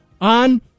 on